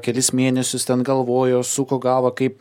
kelis mėnesius ten galvojo suko galvą kaip